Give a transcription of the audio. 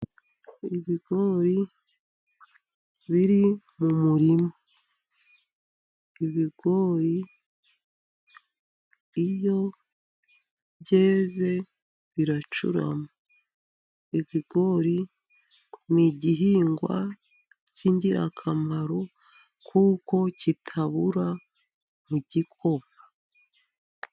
Ibigori biri mu murima, ibigori iyo byeze biracurama. Ibigori ni igihingwa cy'ingirakamaro kuko kitabura mu gikoma.